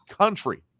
country